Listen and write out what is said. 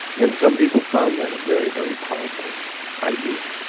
and some people found that a very, very powerful idea,